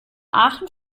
aachen